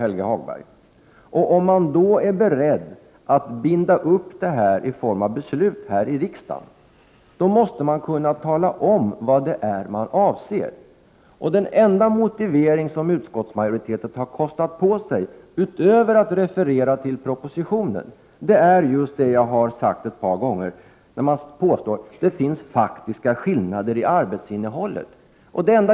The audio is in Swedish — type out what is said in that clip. Om man då är beredd att binda upp det hela genom beslut här i riksdagen måste man kunna tala om, vad det är man avser. Den enda motivering som utskottsmajoriteten har kostat på sig, utöver att referera till propositionen, är just det jag har pekat på ett par gånger, nämligen att man påstår att det finns faktiska skillnader i arbetsinnehållet.